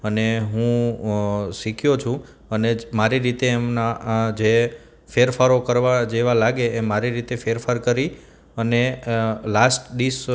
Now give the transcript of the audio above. અને હું શીખ્યો છું અને જે મારી રીતે એમાંના જે ફેરફારો કરવા જેવાં લાગે એ મારી રીતે ફેરફાર કરી અને લાસ્ટ ડિશ